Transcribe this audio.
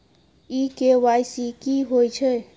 इ के.वाई.सी की होय छै?